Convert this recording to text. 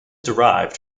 derived